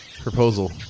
proposal